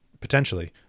potentially